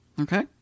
Okay